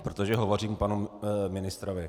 Protože hovořím k panu ministrovi.